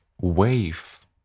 wave